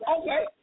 Okay